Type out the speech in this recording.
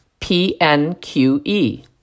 PNQE